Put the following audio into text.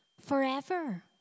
forever